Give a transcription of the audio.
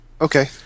Okay